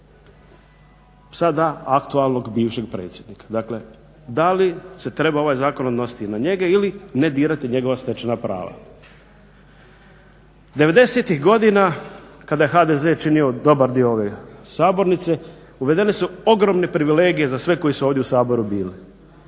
sada aktualnog bivšeg predsjednika. Dakle, da li se treba ovaj zakon odnositi i na njega ili ne dirati njegova stečena prava? 90. godina kada je HDZ činio dobar dio ove sabornice uvedene su ogromne privilegije za sve koji su ovdje u Saboru bili.